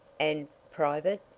and private?